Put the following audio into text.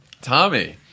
Tommy